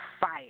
fire